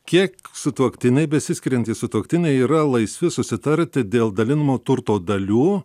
kiek sutuoktinai besiskiriantys sutuoktiniai yra laisvi susitarti dėl dalinamo turto dalių